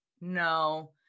no